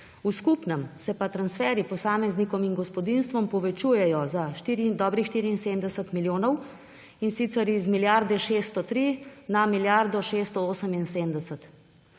V skupnem se pa transferji posameznikom in gospodinjstvom povečujejo za dobrih 74 milijonov, in sicer z milijarde 603 na milijardo 678.